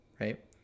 right